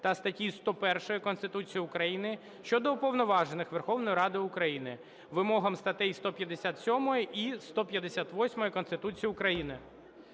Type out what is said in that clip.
та статті 101 Конституції України щодо уповноважених Верховної Ради України вимогам статей 157 і 158 Конституції України.